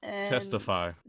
Testify